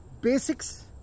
Basics